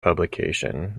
publication